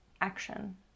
action